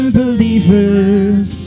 believers